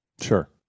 Sure